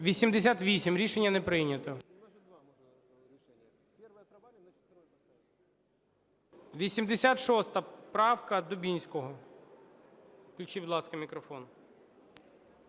За-88 Рішення не прийнято. 86 правка, Дубінського. Включіть, будь ласка, мікрофон.